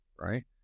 right